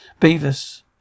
Beavis